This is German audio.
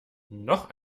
noch